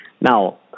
Now